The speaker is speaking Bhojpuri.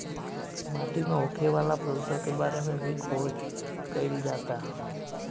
माटी में होखे वाला प्रदुषण के बारे में भी खोज कईल जाता